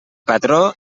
patró